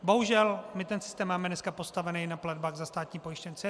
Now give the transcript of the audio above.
Bohužel, my ten systém máme dneska postaven na platbách za státní pojištěnce.